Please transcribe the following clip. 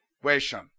question